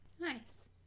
Nice